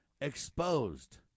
Exposed